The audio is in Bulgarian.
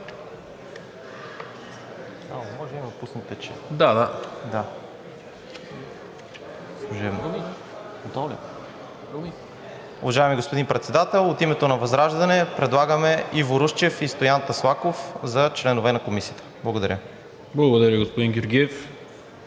Благодаря, господин Георгиев.